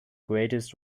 greatest